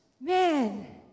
Man